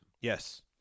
Yes